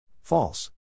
False